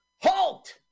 Halt